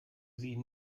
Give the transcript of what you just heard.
sie